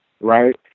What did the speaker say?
right